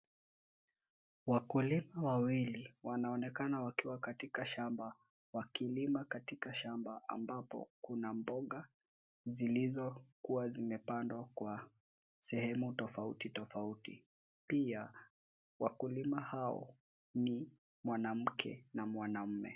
Wakulima wawili wanaonekana wakiwa katika shamba; wakilima katika shamba ambapo kuna mboga zilizokuwa zimepandwa kwa sehemu tofauti, tofauti. Pia wakulima hao ni mwanamke na mwanamume.